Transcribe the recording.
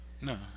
No